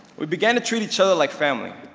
we began to treat each other like family.